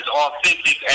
authentic